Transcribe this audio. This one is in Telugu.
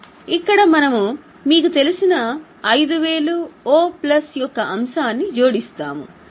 ఇక్కడ మనము మీకు తెలిసిన 5000 O ప్లస్ యొక్క అంశాన్ని జోడిస్తాము